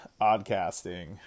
Oddcasting